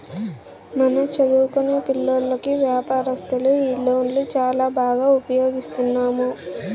మన చదువుకొనే పిల్లోల్లకి వ్యాపారస్తులు ఈ లోన్లు చాలా బాగా ఉపయోగిస్తున్నాము